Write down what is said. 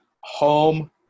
home